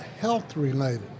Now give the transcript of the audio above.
health-related